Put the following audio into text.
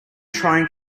trying